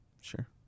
sure